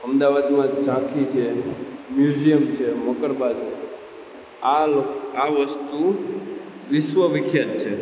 અમદાવાદમાં ઝાંખી છે મ્યુઝિયમ છે મોકરબાદ છે આ આ વસ્તુ વિશ્વ વિખ્યાત છે